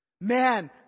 Man